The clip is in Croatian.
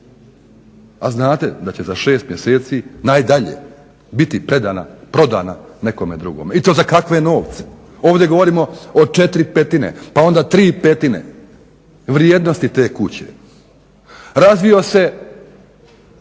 A znate da će za 6 mjeseci najdalje biti prodana nekome drugome i to za kakve novce. Ovdje govorimo o 4/5, pa onda 3/5 vrijednosti te kuće. Razvio se